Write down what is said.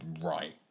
right